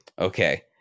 okay